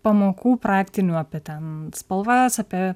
pamokų praktinių apie ten spalvas apie